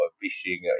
fishing